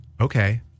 Okay